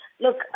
Look